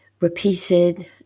repeated